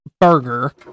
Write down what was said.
burger